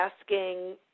asking